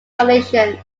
conditions